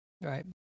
Right